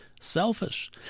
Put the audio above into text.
selfish